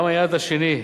גם היעד השני,